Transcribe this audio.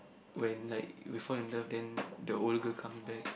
when like we fell in love then the old girl come back